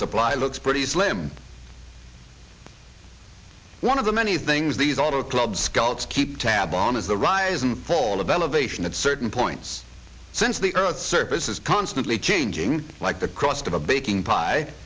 supply looks pretty slim one of the many things these auto club scouts keep tab on is the rise and fall of elevation at certain points since the earth's surface is constantly changing like the cost of a baking pie